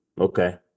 Okay